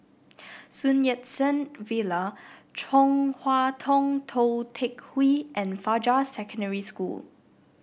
Sun Yat Sen Villa Chong Hua Tong Tou Teck Hwee and Fajar Secondary School